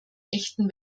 echten